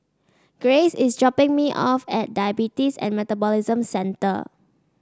Grace is dropping me off at Diabetes and Metabolism Centre